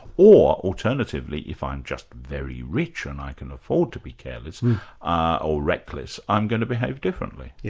or alternatively, if i'm just very rich and i can afford to be careless or reckless, i'm going to behave differently. yeah